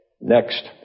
Next